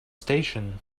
station